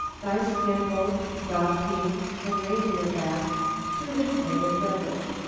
by skin-boat, dog-team, and reindeer back to his native village.